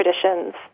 traditions